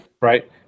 right